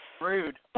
Rude